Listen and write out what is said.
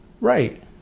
right